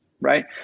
right